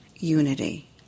Unity